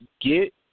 get